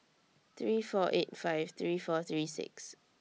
three four eight five three four three six